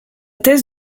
thèse